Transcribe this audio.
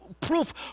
proof